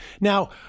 now